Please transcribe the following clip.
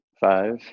Five